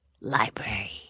library